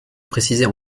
préciser